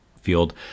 field